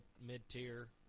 mid-tier